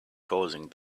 causing